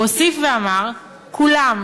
הוא הוסיף ואמר: "כולם.